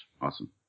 Awesome